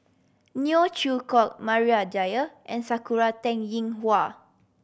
Neo Chwee Kok Maria Dyer and Sakura Teng Ying Hua